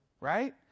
right